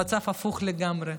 המצב הפוך לגמרי,